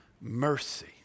mercy